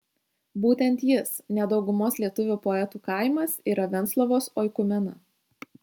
būtent jis ne daugumos lietuvių poetų kaimas yra venclovos oikumena